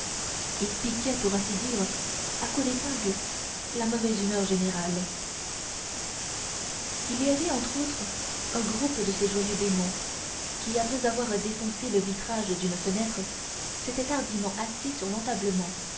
et piquaient pour ainsi dire à coups d'épingle la mauvaise humeur générale il y avait entre autres un groupe de ces joyeux démons qui après avoir défoncé le vitrage d'une fenêtre s'était hardiment assis sur